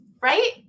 Right